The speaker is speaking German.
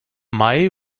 mai